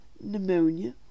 pneumonia